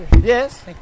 Yes